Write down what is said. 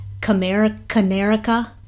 Canerica